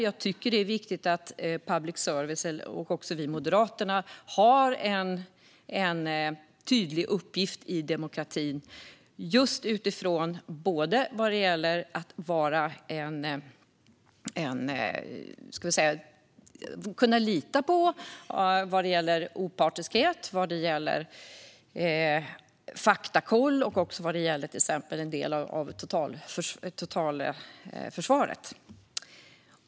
Jag och Moderaterna tycker att det är viktigt att public service har en tydlig uppgift i demokratin. Den ska gå att lita på, både vad gäller opartiskhet och faktakoll och som en del av totalförsvaret.